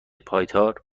پایدار